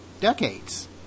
decades